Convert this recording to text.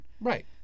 Right